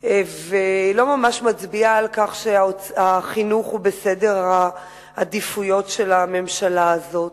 לא ממש מצביעים על כך שהחינוך הוא בסדר העדיפויות של הממשלה הזאת.